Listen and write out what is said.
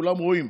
כולם רואים,